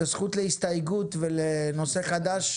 את הזכות להסתייגות ולנושא חדש,